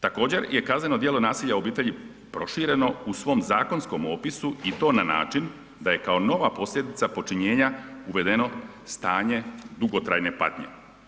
Također je kazneno djelo nasilja u obitelji prošireno u svom zakonskom opisu i to na način da je kao nova posljedica počinjenja uvedeno stanje dugotrajne patnje.